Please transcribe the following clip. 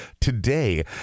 today